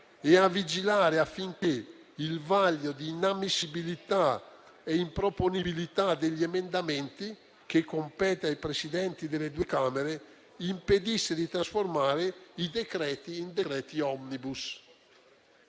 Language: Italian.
e a vigilare affinché il vaglio di inammissibilità e improponibilità degli emendamenti, che compete ai Presidenti delle due Camere, impedisse di trasformare i decreti in decreti *omnibus*.